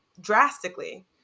drastically